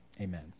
Amen